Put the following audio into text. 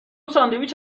ساندویچ